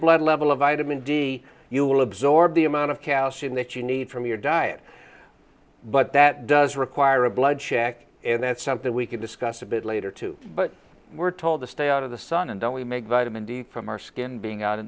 blood level of vitamin d you will absorb the amount of cash in that you need from your diet but that does require a blood check and that's something we can discuss a bit later too but we're told to stay out of the sun and only make vitamin d from our skin being out